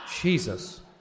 Jesus